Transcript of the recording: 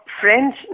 French